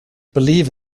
believe